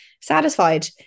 satisfied